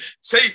Say